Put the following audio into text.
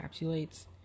encapsulates